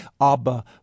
Abba